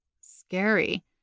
Scary